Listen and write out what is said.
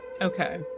Okay